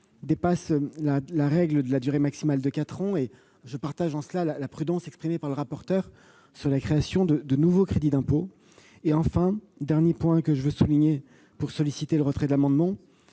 dépassant la règle de la durée maximale de quatre ans. Je partage en cela la prudence exprimée par le rapporteur général sur la création de nouveaux crédits d'impôt. Enfin, dernier point que je veux soulever pour solliciter le retrait des amendements